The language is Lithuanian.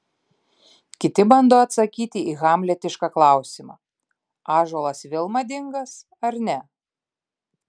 kiti bando atsakyti į hamletišką klausimą ąžuolas vėl madingas ar ne